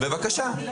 בבקשה.